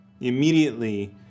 immediately